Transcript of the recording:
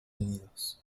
unidos